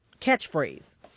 catchphrase